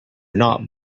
not